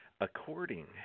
According